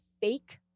fake